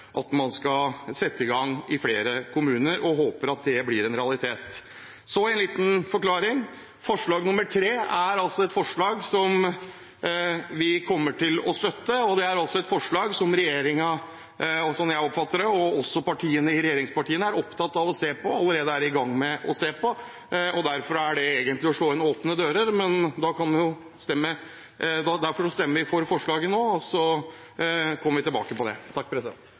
at man skal sette i gang i flere kommuner, og jeg håper at det blir en realitet. Så en liten forklaring: Forslag nr. 3 er et forslag vi kommer til å støtte. Det er et forslag som regjeringen, slik jeg oppfatter det, og også regjeringspartiene, er opptatt av å se på og allerede er i gang med å se på. Derfor er det egentlig å slå inn åpne dører, men vi stemmer for forslaget nå, og så kommer vi tilbake til det. Jeg vet, etter min tid på